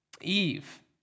Eve